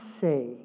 say